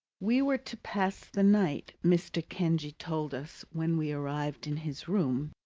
we were to pass the night, mr. kenge told us when we arrived in his room,